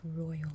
royal